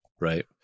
right